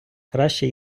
краще